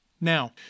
Now